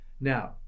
Now